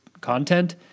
content